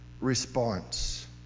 response